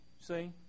see